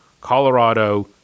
colorado